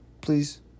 Please